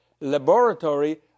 laboratory